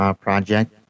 project